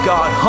God